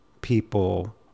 people